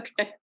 Okay